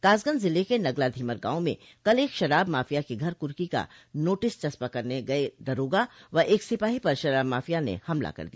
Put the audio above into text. कासगंज जिले के नगला धीमर गांव में कल एक शराब माफिया के घर कुर्की का नोटिस चस्पा करने गये दारोगा व एक सिपाही पर शराब माफिया ने हमला कर दिया